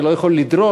אני לא יכול לדרוש,